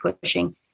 pushing